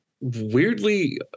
weirdly